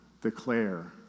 declare